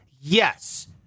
Yes